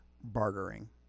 bartering